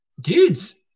dudes